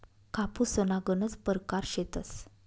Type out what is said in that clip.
कापूसना गनज परकार शेतस